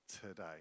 today